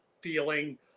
feeling